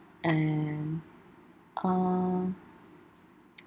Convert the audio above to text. and uh